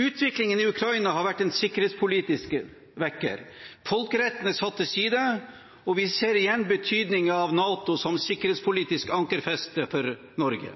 Utviklingen i Ukraina har vært en sikkerhetspolitisk vekker. Folkeretten er satt til side, og vi ser igjen betydningen av NATO som sikkerhetspolitisk ankerfeste for Norge.